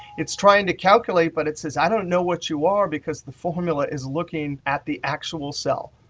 it's trying to calculate but it says, i don't know what you are because the formula is looking at the actual cell.